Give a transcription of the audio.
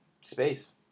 space